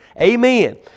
Amen